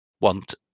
want